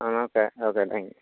ആ okay okay thank you